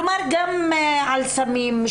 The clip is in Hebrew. כלומר גם על סמים,